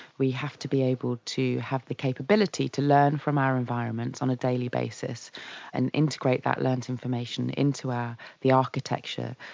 we have to be able to have the capability to learn from our environments on a daily basis and integrate that learnt information into the architecture,